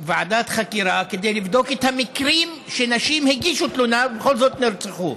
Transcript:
ועדת חקירה כדי לבדוק את המקרים שבהם נשים הגישו תלונה ובכל זאת נרצחו?